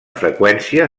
freqüència